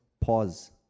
pause